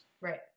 Right